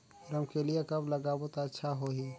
रमकेलिया कब लगाबो ता अच्छा होही?